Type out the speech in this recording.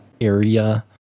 area